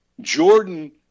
Jordan